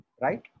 Right